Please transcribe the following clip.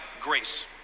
grace